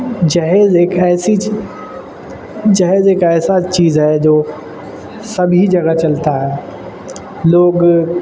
جہیز ایک ایسی چی جہیز ایک ایسا چیز ہے جو سبھی جگہ چلتا ہے لوگ